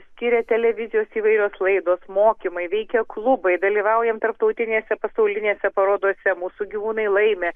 skiria televizijos įvairios laidos mokymai veikia klubai dalyvaujam tarptautinėse pasaulinėse parodose mūsų gyvūnai laimi